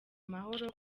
amahoro